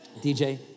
dj